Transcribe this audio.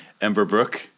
Emberbrook